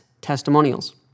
testimonials